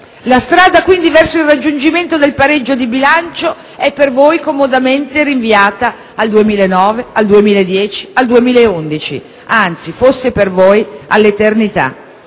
La strada quindi verso il raggiungimento del pareggio di bilancio è comodamente rinviata al 2009, al 2010, al 2011, fosse per voi, all'eternità.